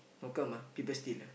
how come ah people steal ah